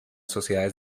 sociedades